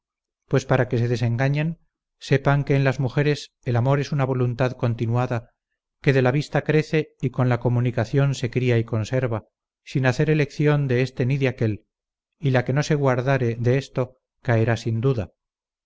pues para que se desengañen sepan que en las mujeres el amor es una voluntad continuada que de la vista crece y con la comunicación se cría y conserva sin hacer elección de este ni de aquel y la que no se guardare de esto caerá sin duda